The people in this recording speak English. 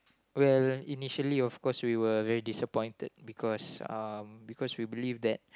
well initially of course we were very disappointed because um because we believe that